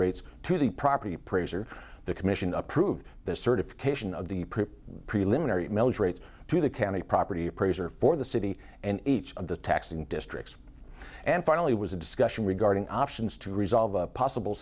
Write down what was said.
rates to the property appraiser the commission approved the certification of the preliminary milage rates to the county property appraiser for the city and each of the taxing districts and finally was a discussion regarding options to resolve a possible